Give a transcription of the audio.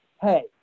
hey